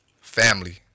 family